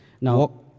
Now